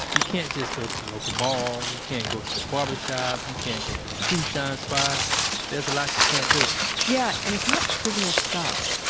you can't just go to the local mall. you can't go to the barbershop. you can't go to the shoe shine spot there's a lot you can't do yeah. and it's not trivial stuff.